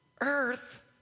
earth